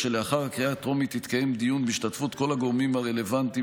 לאחר הקריאה הטרומית יתקיים דיון בהשתתפות כל הגורמים הרלוונטיים